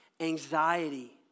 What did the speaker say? Anxiety